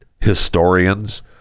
historians